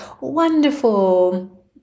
wonderful